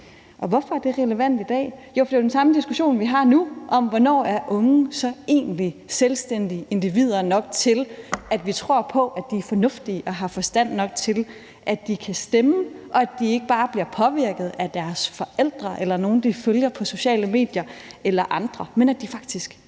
Hvorfor er det relevant i dag? Jo, det er det, fordi det er den samme diskussion, vi har nu, om, hvornår unge så er selvstændige individer nok til, at vi tror på, at de er fornuftige og har forstand nok til, at de kan stemme, og at de ikke bare bliver påvirket af deres forældre, af nogen, de følger på sociale medier, eller af andre, men at de faktisk selv er fornuftige